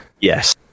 Yes